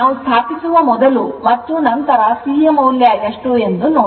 ನಾವು ಸ್ಥಾಪಿಸುವ ಮೊದಲು ಮತ್ತು ನಂತರ C ಯ ಮೌಲ್ಯ ಎಷ್ಟು ಎಂದು ನೋಡಿ